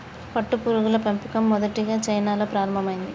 పట్టుపురుగుల పెంపకం మొదటిగా చైనాలో ప్రారంభమైంది